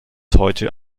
heute